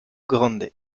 grande